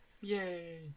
Yay